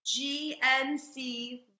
GNC